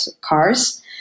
cars